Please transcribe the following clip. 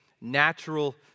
natural